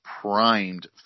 primed